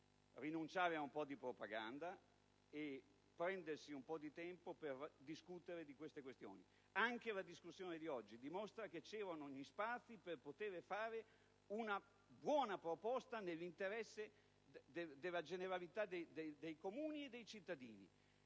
rinunciare a un po' di propaganda e prendersi un po' di tempo per discutere di queste questioni. Anche la discussione di oggi dimostra che c'erano gli spazi per potere fare una buona proposta nell'interesse della generalità dei Comuni e dei cittadini.